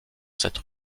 cette